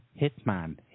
hitman